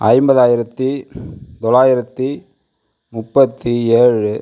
ஐம்பதாயிரத்து தொள்ளாயிரத்து முப்பத்து ஏழு